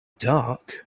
dark